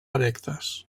erectes